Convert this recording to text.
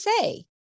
say